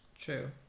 True